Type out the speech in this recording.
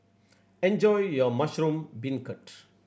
enjoy your mushroom beancurd